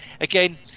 again